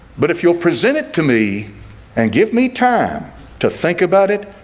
but if you'll present it to me and give me time to think about it,